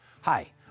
Hi